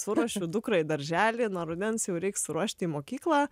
suruošiu dukrą į darželį nuo rudens jau reiks ruošti į mokyklą